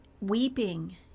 weeping